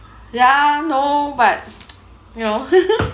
ya no but you know